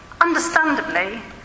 Understandably